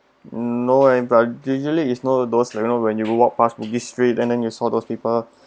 no eh but usually is know those alone when you will walk pass bugis street and then you saw those people